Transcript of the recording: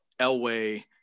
Elway